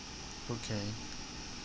okay